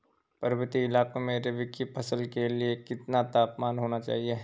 पर्वतीय इलाकों में रबी की फसल के लिए कितना तापमान होना चाहिए?